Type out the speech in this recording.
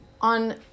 on